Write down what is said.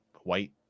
white